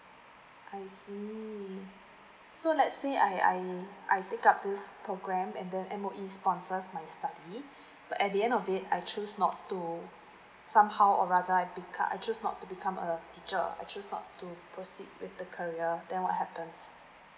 I see so let's say I I I take up this program and then M_O_E sponsors my study but at the end of it I choose not to somehow or rather I pick up I choose not to become a teacher a choose not to proceed with the career then what happens